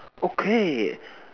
okay